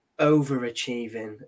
overachieving